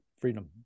freedom